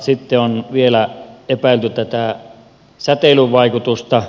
sitten on vielä epäilty säteilyvaikutusta